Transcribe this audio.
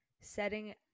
setting